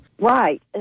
Right